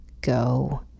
go